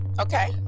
Okay